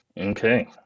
Okay